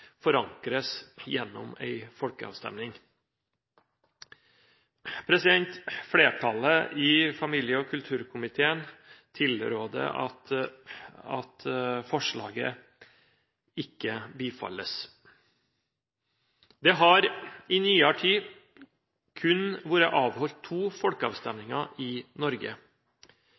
forankres gjennom en folkeavstemning. Flertallet i familie- og kulturkomiteen tilråder at forslaget ikke bifalles. Det har i nyere tid kun vært avholdt to folkeavstemninger i Norge.